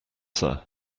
sir